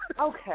Okay